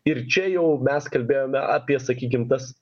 ir čia jau mes kalbėjome apie sakykim tas